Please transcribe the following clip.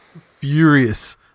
furious